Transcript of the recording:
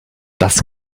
das